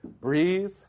breathe